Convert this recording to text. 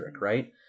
right